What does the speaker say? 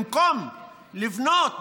במקום לבנות,